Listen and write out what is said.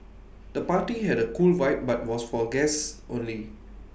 the party had A cool vibe but was for guests only